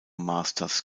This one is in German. masters